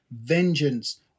vengeance